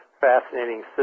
fascinating